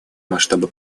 масштабы